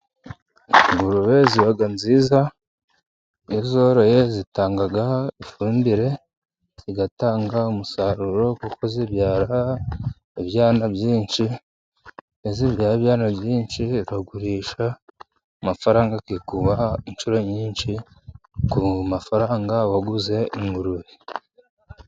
Ingurube ziba nziza, iyo uzoroye zitanga ifumbire, zigatanga umusaruro, kuko zibyara ibyana byinshi, iyo zibyaye ibyana byinshi ukagurisha, amafaranga yikuba inshuro nyinshi, ku mafaranga waguze ingurube.